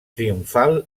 triomfal